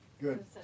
good